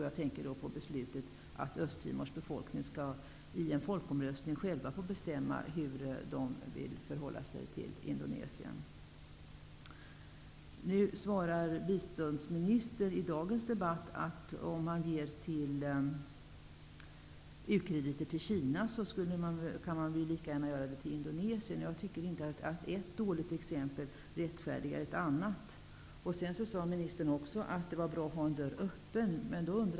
Jag tänker då på beslutet att Östtimors befolkning skall själva i en folkomröstning få bestämma hur de vill förhålla sig till Indonesien. Biståndsministern sade i dagens debatt att om ukrediter kan ges till Kina, kan de lika gärna ges till Indonesien. Jag tycker inte att ett dåligt exempel rättfärdigar ett annat. Sedan sade ministern att det är bra att hålla dörren öppen.